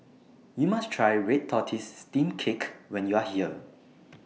YOU must Try Red Tortoise Steamed Cake when YOU Are here